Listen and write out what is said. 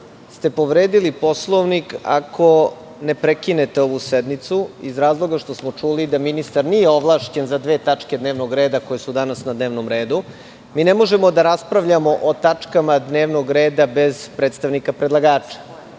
ste povredili Poslovnik ako ne prekinete ovu sednicu, iz razloga što smo čuli da ministar nije ovlašćen za dve tačke dnevnog reda, koje su danas na dnevnom redu. Mi ne možemo da raspravljamo o tačkama dnevnog reda bez predstavnika predlagača. Dakle,